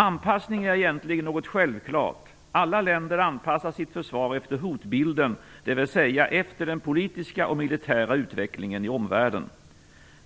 Anpassning är egentligen något självklart. Alla länder anpassar sitt försvar efter hotbilden, dvs. efter den politiska och militära utvecklingen i omvärlden.